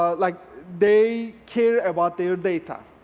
ah like they care about their data,